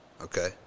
Okay